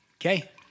okay